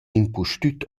impustüt